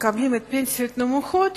מקבלים פנסיות נמוכות